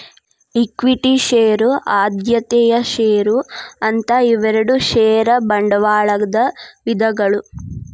equity share ಆದ್ಯತೆಯ share ಅಂತ ಇವೆರಡು ಷೇರ ಬಂಡವಾಳದ ವಿಧಗಳು